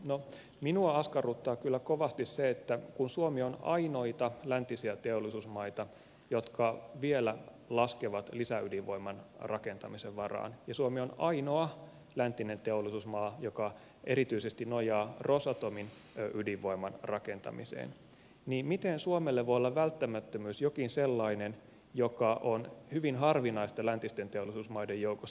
no minua askarruttaa kyllä kovasti se että kun suomi on ainoita läntisiä teollisuusmaita jotka vielä laskevat lisäydinvoiman rakentamisen varaan ja suomi on ainoa läntinen teollisuusmaa joka erityisesti nojaa rosatomin ydinvoiman rakentamiseen niin miten suomelle voi olla välttämättömyys jokin sellainen joka on hyvin harvinaista läntisten teollisuusmaiden joukossa